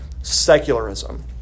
Secularism